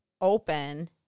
open